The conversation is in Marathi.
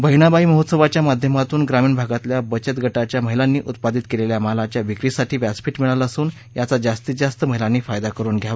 बहिणाबाई महोत्सवाच्या माध्यमातून ग्रामीण भागातील बचत गटाच्या महिलांनी उत्पादित केलेल्या मालाच्या विक्रीसाठी व्यासपीठ मिळाले असून याचा जास्तीत जास्त महिलांनी फायदा करुन घ्यावा